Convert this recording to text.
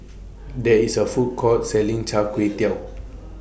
There IS A Food Court Selling Char Kway Teow